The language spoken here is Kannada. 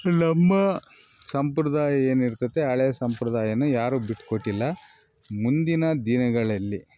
ನಮ್ಮ ಸಂಪ್ರದಾಯ ಏನಿರ್ತದೆ ಹಳೇ ಸಂಪ್ರದಾಯ ಯಾರು ಬಿಟ್ಕೊಟ್ಟಿಲ್ಲ ಮುಂದಿನ ದಿನಗಳಲ್ಲಿ